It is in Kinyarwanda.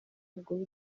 umugore